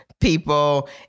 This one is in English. people